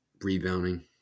rebounding